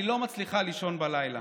אני לא מצליחה לישון בלילה.